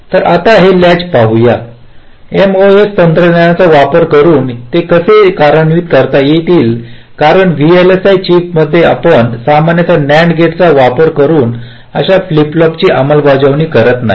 तर आता हे लॅच पाहू या एमओएस तंत्रज्ञानाचा वापर करून ते कसे कार्यान्वित करता येतील कारण व्हीएलएसआय चिपमध्ये आपण सामान्यत NAND गेटचा वापर करून अशा फ्लिप फ्लॉपची अंमलबजावणी करीत नाही